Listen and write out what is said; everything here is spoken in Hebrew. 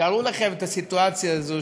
תארו לעצמכם את הסיטואציה הזאת,